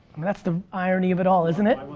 that's the irony of it all, isn't it?